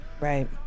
right